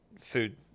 food